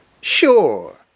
Sure